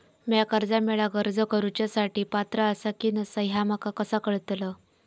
म्या कर्जा मेळाक अर्ज करुच्या साठी पात्र आसा की नसा ह्या माका कसा कळतल?